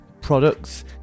products